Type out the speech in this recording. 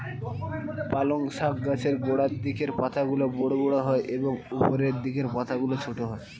পালং শাক গাছের গোড়ার দিকের পাতাগুলো বড় বড় হয় এবং উপরের দিকের পাতাগুলো ছোট হয়